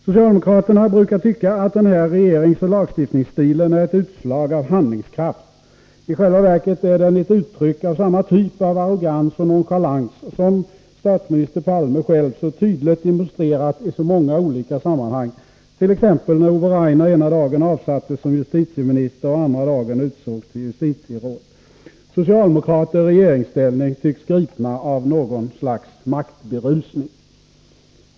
Socialdemokraterna brukar tycka att den här regeringsoch lagstiftningsstilen är ett utslag av handlingskraft. I själva verket är den ett uttryck för samma typ av arrogans och nonchalans som statsminister Palme själv så tydligt demonstrerat i många sammanhang, t.ex. när Ove Rainer ena dagen avsattes som justitieminister och andra dagen utsågs till justitieråd. Socialdemokrater i regeringsställning tycks vara gripna av något slags maktberusning.